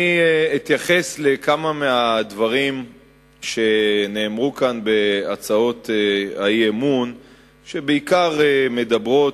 אני אתייחס לכמה מהדברים שנאמרו כאן בהצעות האי-אמון שבעיקר מדברות,